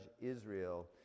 Israel